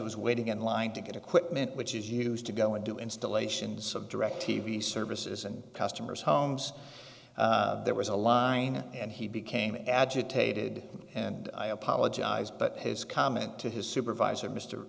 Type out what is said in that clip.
was waiting in line to get equipment which is used to go and do installations of directv services and customers homes there was a line and he became agitated and i apologize but his comment to his supervisor mr